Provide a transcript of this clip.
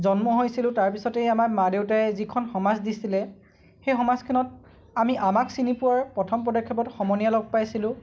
জন্ম হৈছিলোঁ তাৰ পিছতেই আমাৰ মা দেউতাই যিখন সমাজ দিছিলে সেই সমজখনত আমি আমাক চিনি পোৱাৰ প্ৰথম পদক্ষেপত সমনীয়া লগ পাইছিলোঁ